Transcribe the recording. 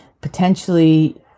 potentially